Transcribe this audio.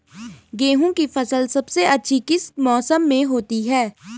गेहूँ की फसल सबसे अच्छी किस मौसम में होती है